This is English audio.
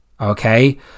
Okay